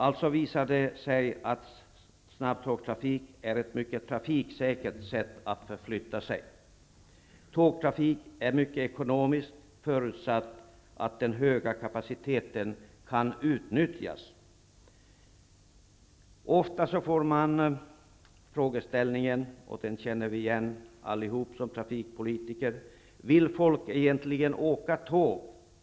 Det visar sig alltså att snabbtågtrafik är ett mycket trafiksäkert sätt att förflytta sig. Tågtrafik är mycket ekonomisk, förutsatt att den höga kapaciteten kan utnyttjas. Ofta får man ju frågan, och den känner vi trafikpolitiker igen: Vill folk egentligen åka tåg?